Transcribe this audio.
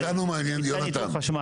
אז זה מתקן ייצור חשמל.